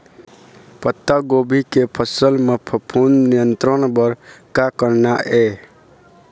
पत्तागोभी के फसल म फफूंद नियंत्रण बर का करना ये?